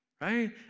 Right